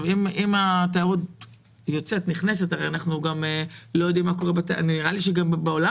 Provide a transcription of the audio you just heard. אם התיירות היוצאת והנכנסת הרי נראה לי שגם בעולם